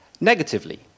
negatively